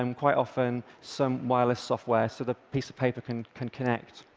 um quite often, some wireless software so the piece of paper can can connect.